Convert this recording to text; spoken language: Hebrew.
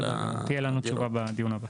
תהיה לנו תשובה בדיון הבא.